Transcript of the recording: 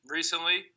recently